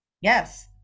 Yes